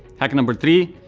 hack number three,